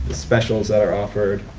specials that are offered